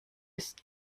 ist